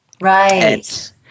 Right